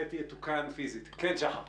אני בהכשרה שלי פסיכולוג ואני פה כהורה מאמץ,